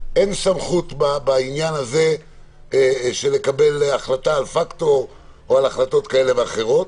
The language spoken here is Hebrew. אין סמכות בעניין הזה של קבלת החלטה על פקטור או על החלטות כאלה ואחרות.